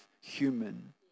human